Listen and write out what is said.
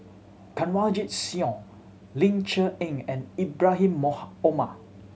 Kanwaljit Soin Ling Cher Eng and Ibrahim Omar